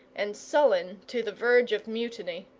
and sullen to the verge of mutiny.